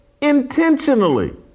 intentionally